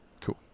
cool